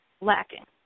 lacking